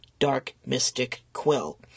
darkmysticquill